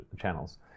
channels